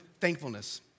thankfulness